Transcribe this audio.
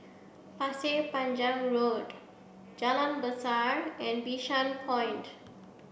Pasir Panjang Road Jalan Besar and Bishan Point